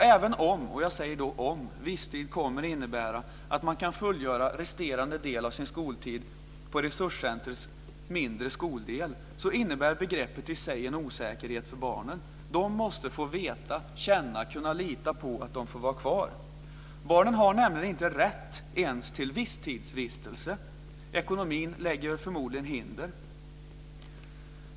Även om - och jag säger om - "visstid" kommer att innebära att man kan fullgöra resterande del av sin skoltid på resurscentrumets mindre skoldel, innebär begreppet i sig en osäkerhet för barnen. De måste få veta, känna och kunna lita på att de får vara kvar. Barnen har nämligen inte rätt ens till visstidsvistelse. Ekonomin lägger förmodligen hinder för detta.